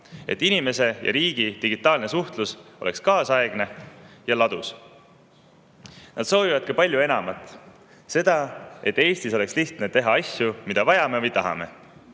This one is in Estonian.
et inimese ja riigi digitaalne suhtlus oleks kaasaegne ja ladus. Nad soovivad ka palju enamat: seda, et Eestis oleks lihtne teha asju, mida vajame või tahame.